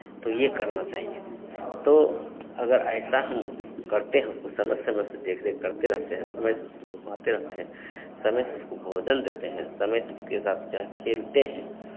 तो ये करना चाहिए तो अगर ऐसा हम करते रहते हैं उसको समय समय से देखरेख करते हैं समय से उसको घुमाते रहते हैं समय समय से उसको भोजन देते हैं समय से उसके साथ जो है खेलते हैं